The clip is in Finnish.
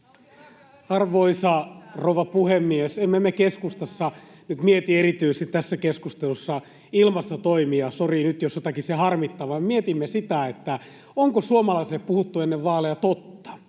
Arvoisa rouva puhemies! Emme me keskustassa nyt mieti, erityisesti tässä keskustelussa, ilmastotoimia — sori nyt, jos jotakin se harmittaa — vaan mietimme sitä, onko suomalaisille puhuttu ennen vaaleja totta.